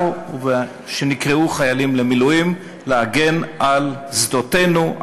לקריאת חיילים למילואים להגן על שדותינו,